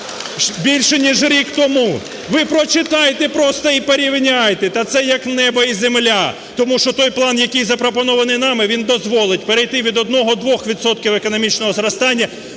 більше ніж рік тому! Ви прочитайте просто і порівняйте, та це як і небо і земля. Тому що той план, який запропонований нами, він дозволить перейти від 1-2 відсотків економічного зростання